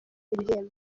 ibihembo